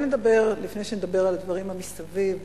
לפני שנדבר על הדברים שמסביב,